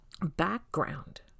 background